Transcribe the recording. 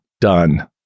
done